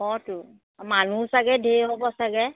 অঁতো মানুহ ছাগৈ ধেৰ হ'ব ছাগৈ